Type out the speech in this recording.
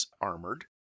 armored